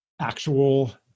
actual